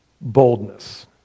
boldness